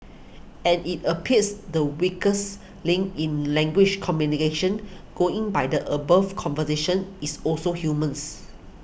and it appears the weakest link in language communication going by the above conversation is also humans